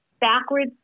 backwards